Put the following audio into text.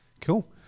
Cool